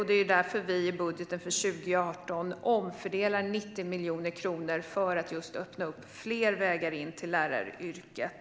Det är därför som vi i budgeten för 2018 omfördelar 90 miljoner kronor för att öppna fler vägar in till läraryrket.